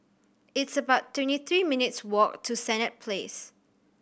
it's about twenty three minutes' walk to Senett Place